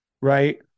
right